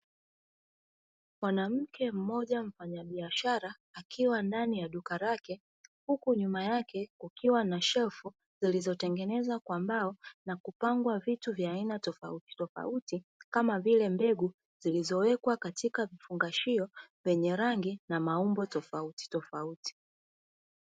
Mwanamke mmoja mfanyabiashara akiwa ndani ya duka lake, huku nyuma yake kukiwa na shelfu zilizotengenezwa kwa mbao na kupangwa vitu vya aiana tofautitofauti kama vile mbegu, zilizowekwa katika vifungashio vyenye rangi na maumbo tofautitofauti.